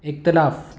इख़्तिलाफ़ु